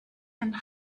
and